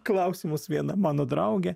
klausimus viena mano draugė